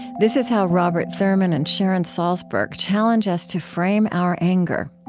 this is how robert thurman and sharon salzberg challenge us to frame our anger.